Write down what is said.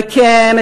וכן,